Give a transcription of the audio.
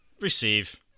Receive